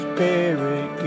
Spirit